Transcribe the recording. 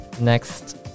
Next